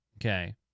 Okay